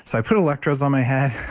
so i put electrodes on my head,